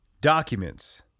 documents